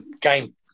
Game